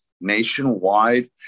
nationwide